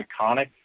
iconic